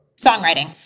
Songwriting